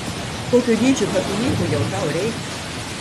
kokio dydžio papinyko jau tau reik